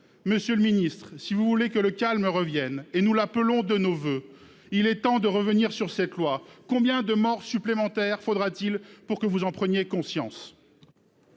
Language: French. Monsieur le ministre, si vous voulez que le calme revienne- ce que nous appelons de nos voeux -, il est temps de revenir sur cette loi. Combien de morts supplémentaires faudra-t-il pour que vous en preniez conscience ?